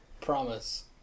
Promise